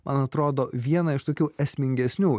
man atrodo vieną iš tokių esmingesnių